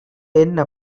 என்ன